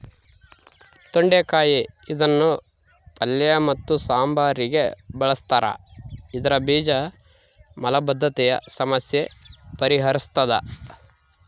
ತೊಂಡೆಕಾಯಿ ಇದನ್ನು ಪಲ್ಯ ಮತ್ತು ಸಾಂಬಾರಿಗೆ ಬಳುಸ್ತಾರ ಇದರ ಬೀಜ ಮಲಬದ್ಧತೆಯ ಸಮಸ್ಯೆ ಪರಿಹರಿಸ್ತಾದ